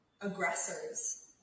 aggressors